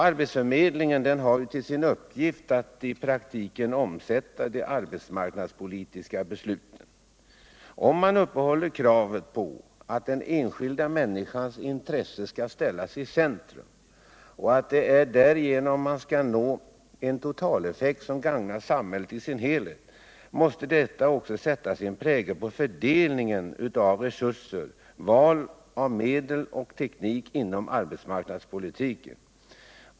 Arbetsförmedlingen har till uppgift att i praktiken omsätta de arbetsmarknadspolitiska besluten. Om man upprätthåller kraven att den enskilda människans intressen skall ställas i centrum och att det är därigenom man skall nå en totaleffekt som gagnar samhället i dess helhet, måste detta också sätta sin prägel på fördelning av resurser och val av medel och icknik inom arbetsmarknadspolitiken.